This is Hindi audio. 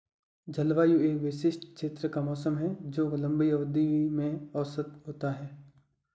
जलवायु एक विशिष्ट क्षेत्र का मौसम है जो लंबी अवधि में औसत होता है